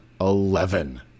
eleven